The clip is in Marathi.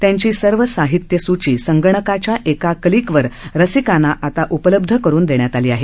त्यांची सर्व साहित्यसूची संगणकाच्या एका क्लिकवर रसिकांना उपलब्ध करून देण्यात आली आहे